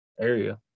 area